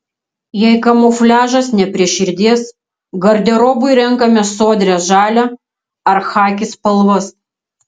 jei kamufliažas ne prie širdies garderobui renkamės sodrią žalią ar chaki spalvas